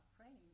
praying